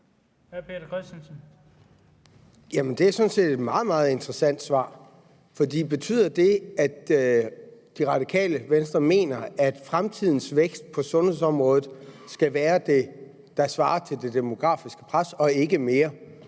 det var sådan set et meget interessant svar, for betyder det, at Det Radikale Venstre mener, at fremtidens vækst på sundhedsområdet skal svare til det demografiske pres og ikke mere?